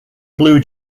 blue